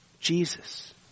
Jesus